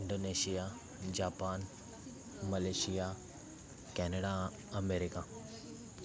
Indonesia Japan Malaysia Canada America